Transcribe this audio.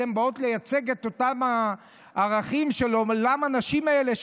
אתן באות לייצג את אותם הערכים של עולם הנשים האלה,